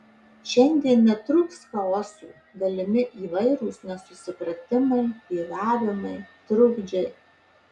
šiandien netrūks chaoso galimi įvairūs nesusipratimai vėlavimai trukdžiai